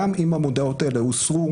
גם אם המודעות האלה הוסרו,